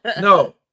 no